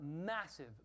massive